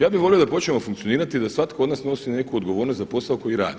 Ja bih volio da počnemo funkcionirati da svatko od nas nosi neku odgovornost za posao koji radi.